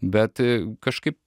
bet kažkaip